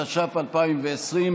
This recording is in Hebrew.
התש"ף 2020,